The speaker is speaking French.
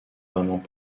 vraiment